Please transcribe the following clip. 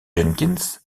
jenkins